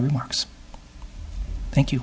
remarks thank you